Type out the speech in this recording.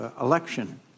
election